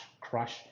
crush